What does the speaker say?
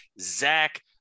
Zach